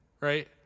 Right